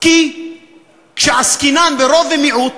כי כשעסקינן ברוב ומיעוט,